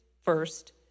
first